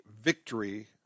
victory